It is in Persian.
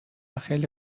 خیلی